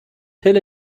till